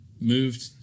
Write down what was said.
moved